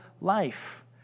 life